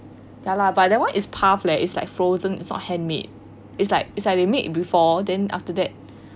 ya lah but that one is path leh is like frozen is not haven't meet it's like it's like they meet before then after that